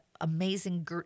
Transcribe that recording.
amazing